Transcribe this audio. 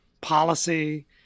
policy